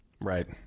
right